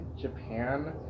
Japan